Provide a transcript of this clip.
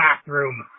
bathroom